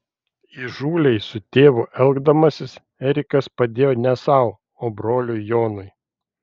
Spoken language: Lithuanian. įžūliai su tėvu elgdamasis erikas padėjo ne sau o broliui jonui